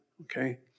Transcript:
okay